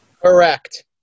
Correct